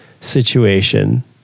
situation